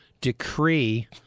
decree